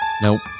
Nope